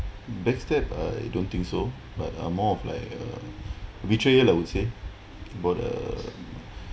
back stab uh I don't think so but uh more of like a betrayal I would say but uh